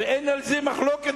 ואין על זה מחלוקת.